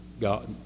God